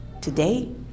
today